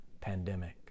pandemic